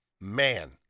Man